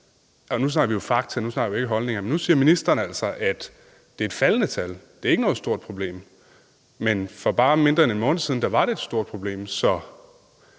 og nu snakker vi fakta, vi snakker ikke holdninger – at det er et faldende tal, og at det ikke er noget stort problem. Men for mindre end en måned siden var det et stort problem, så